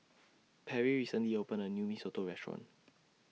Perry recently opened A New Mee Soto Restaurant